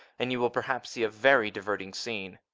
and you will perhaps see a very diverting scene.